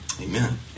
Amen